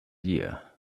year